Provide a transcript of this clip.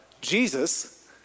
Jesus